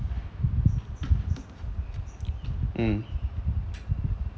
mm